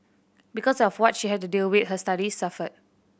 because of what she had to deal with her studies suffered